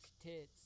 tits